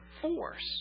force